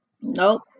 nope